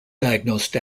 diagnosed